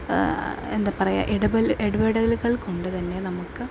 എന്താ പറയുക ഇടപെൽ ഇടപെടലുകൾ കൊണ്ടുതന്നെ നമുക്ക്